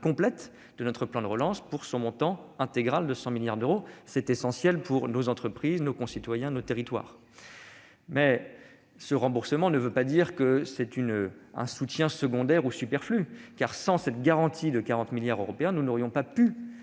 complète de notre plan de relance pour son montant intégral de 100 milliards d'euros. C'est essentiel pour nos entreprises, nos concitoyens et nos territoires. Pour autant, remboursement ne signifie pas soutien secondaire ou superflu : sans cette garantie de 40 milliards d'euros, nous n'aurions pas pu